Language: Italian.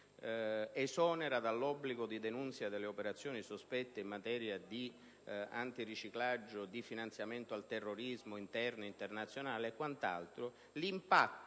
esonera dall'obbligo di denunzia delle operazioni sospette in materia di antiriciclaggio, di finanziamento al terrorismo, interne, internazionali e quant'altro,